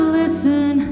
listen